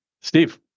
Steve